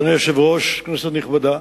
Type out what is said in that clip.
אדוני היושב-ראש, כנסת נכבדה,